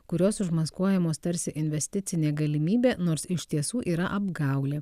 kurios užmaskuojamos tarsi investicinė galimybė nors iš tiesų yra apgaulė